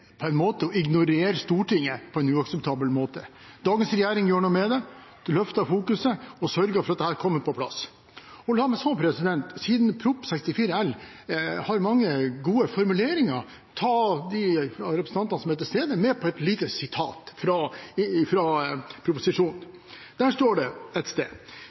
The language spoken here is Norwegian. på en måte å ignorere Stortinget på en uakseptabel måte. Dagens regjering gjør noe med det, de løfter fokuset og sørger for at dette kommer på plass. La meg så, siden Prop. 64 L har mange gode formuleringer, ta de av representantene som er til stede, med på et lite sitat fra proposisjonen. Der står det et sted: